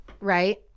right